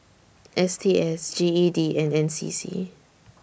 S T S G E D and N C C